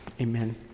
amen